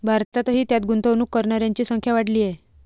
भारतातही त्यात गुंतवणूक करणाऱ्यांची संख्या वाढली आहे